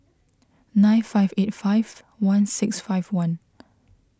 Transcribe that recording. nine five eight five one six five one